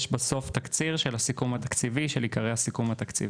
יש בסוף תקציר של הסיכום התקציבי של עיקרי הסיכום התקציבי.